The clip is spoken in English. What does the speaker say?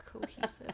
cohesive